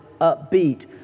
upbeat